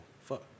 Fuck